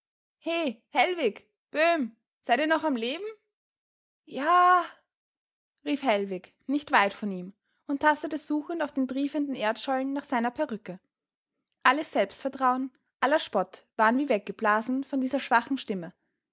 he hellwig böhm seid ihr noch am leben ja rief hellwig nicht weit von ihm und tastete suchend auf den triefenden erdschollen nach seiner perücke alles selbstvertrauen aller spott waren wie weggeblasen von dieser schwachen stimme